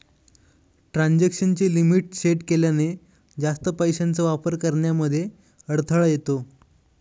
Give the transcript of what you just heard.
transaction ची limit set केल्याने, जास्त पैशांचा वापर करण्यामध्ये अडथळा येतो